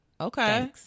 okay